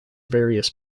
various